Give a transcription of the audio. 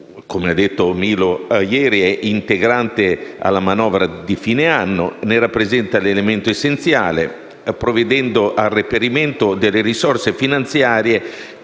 provvedimento è parte integrante della manovra di fine anno. Ne rappresenta l'elemento essenziale, provvedendo al reperimento delle risorse finanziarie